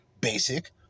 Basic